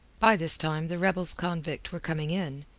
by this time the rebels-convict were coming in,